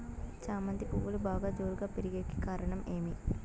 చామంతి పువ్వులు బాగా జోరుగా పెరిగేకి కారణం ఏమి?